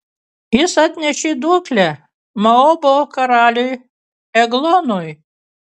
jis atnešė duoklę moabo karaliui eglonui